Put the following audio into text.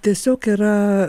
tiesiog yra